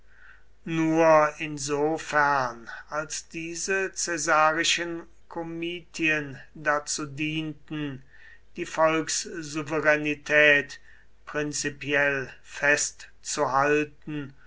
nur insofern als diese caesarischen komitien dazu dienten die volkssouveränität prinzipiell festzuhalten